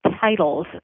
titles